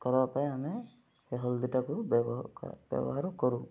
କରିବା ପାଇଁ ଆମେ ସେ ହଳଦୀଟାକୁ ବ୍ୟବହାର କରୁ